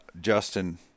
Justin